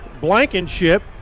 Blankenship